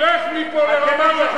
תלך מפה לרמאללה.